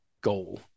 goal